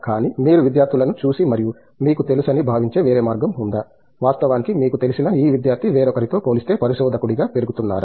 కానీ మీరు విద్యార్థులను చూసి మరియు మీకు తెలుసని భావించే వేరే మార్గం ఉందా వాస్తవానికి మీకు తెలిసిన ఈ విద్యార్థి వేరొకరితో పోలిస్తే పరిశోధకుడిగా పెరుగుతున్నారా